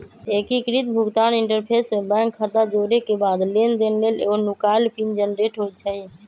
एकीकृत भुगतान इंटरफ़ेस में बैंक खता जोरेके बाद लेनदेन लेल एगो नुकाएल पिन जनरेट होइ छइ